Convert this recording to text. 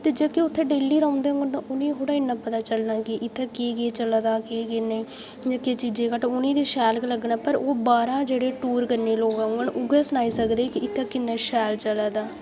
ते जेह्के उत्थै डेल्ली रौंह्दे होन ते उ'नेंगी थोह्ड़ा इन्ना पता चलना कि इत्थै केह् केह् चला दा केह् नेईं किश चीजै दी घट्ट उ'नेंगी ते शैल लग्गना पर ओह् बाह्रा दे जेह्ड़ा टूर करने ई लोक औङन उ'ऐ सनाई सकदे कि इत्थै किन्ना शैल चला दा